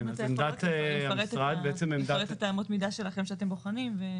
אם אתה יכול לפרט את האמות מידה שלכם שאתם בוחנים?